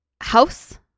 house